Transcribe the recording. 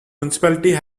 municipality